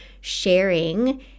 sharing